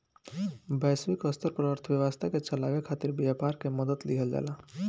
वैश्विक स्तर पर अर्थव्यवस्था के चलावे खातिर व्यापार के मदद लिहल जाला